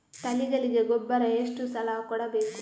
ತಳಿಗಳಿಗೆ ಗೊಬ್ಬರ ಎಷ್ಟು ಸಲ ಕೊಡಬೇಕು?